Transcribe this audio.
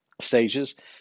stages